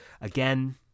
again